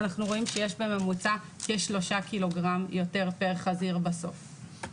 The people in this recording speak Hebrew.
אנחנו רואים שיש בממוצע כשלושה קילוגרם יותר פר חזיר בסוף.